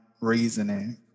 reasoning